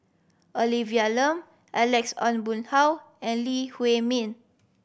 Olivia Lum Alex Ong Boon Hau and Lee Huei Min